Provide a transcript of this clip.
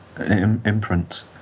imprints